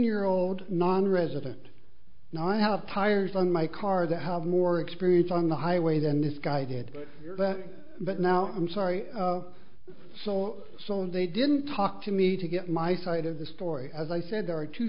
year old nonresident now i have tires on my car that have more experience on the highway then this guy did but now i'm sorry so soon they didn't talk to me to get my side of the story as i said there are two